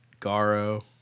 Garo